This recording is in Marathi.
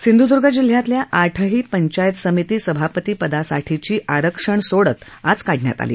सिंधुदूर्ग जिल्ह्यातल्या आठही पंचायत समिती सभापतीपदासाठीची आरक्षण सोडत आज काढण्यात आली